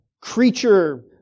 creature